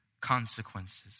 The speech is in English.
consequences